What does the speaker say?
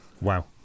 Wow